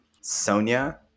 Sonia